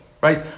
right